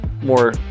More